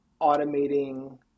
automating